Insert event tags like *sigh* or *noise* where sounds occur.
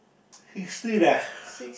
history lah *noise*